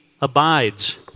abides